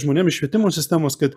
žmonėm iš švietimo sistemos kad